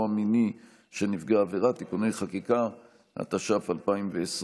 המיני של נפגע עבירה (תיקוני חקיקה),